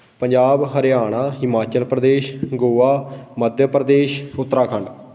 Punjab Haryana Himachal Pradesh Goa Madhya Pradesh Uttarakhand